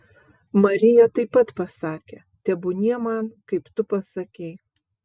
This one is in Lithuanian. marija taip pat pasakė tebūnie man kaip tu pasakei